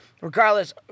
regardless